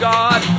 God